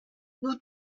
nous